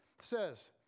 says